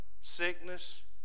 sickness